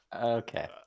Okay